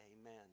Amen